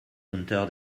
unter